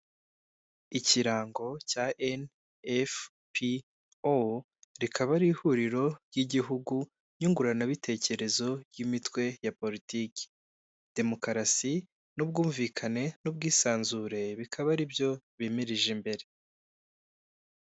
Ikirango cya n ,f, p, o ,rikaba ari ihuriro ry'igihugu nyunguranabitekerezo ry imitwe ya politiki, demokarasi n'ubwumvikane, n'ubwisanzure, bikaba ari byo bimirije imbere.